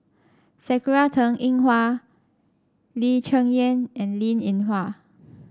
Sakura Teng Ying Hua Lee Cheng Yan and Linn In Hua